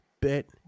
bit